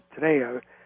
today